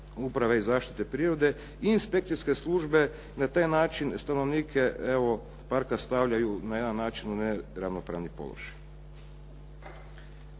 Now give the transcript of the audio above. uprave i zaštite prirode i inspekcijske službe. Na taj način stanovnike parka stavljaju na jedan način u neravnopravni položaj.